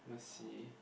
let's see